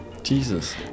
Jesus